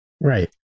Right